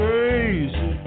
Crazy